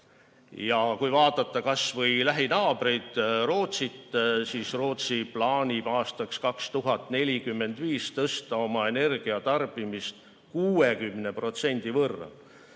Ja kui vaadata kas või lähinaabreid, näiteks Rootsit, siis Rootsi plaanib aastaks 2045 tõsta oma energiatarbimist 60% võrra.